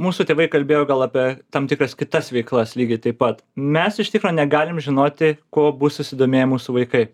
mūsų tėvai kalbėjo gal apie tam tikras kitas veiklas lygiai taip pat mes iš tikro negalim žinoti kuo bus susidomėję mūsų vaikai